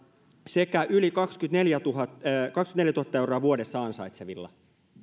sekä yli kaksikymmentäneljätuhatta euroa vuodessa ansaitsevilla